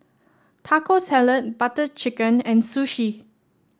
Taco Salad Butter Chicken and Sushi